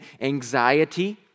anxiety